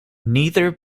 neither